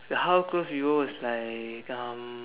how close we were like um